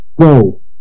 Go